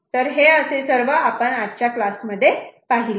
तर हे असे आजच्या क्लासमध्ये आपण पाहिले